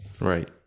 Right